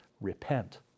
repent